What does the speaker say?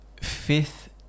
fifth